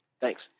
Thanks